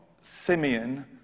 Simeon